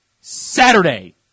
Saturday